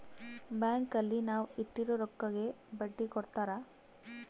bank ಅಲ್ಲಿ ನಾವ್ ಇಟ್ಟಿರೋ ರೊಕ್ಕಗೆ ಬಡ್ಡಿ ಕೊಡ್ತಾರ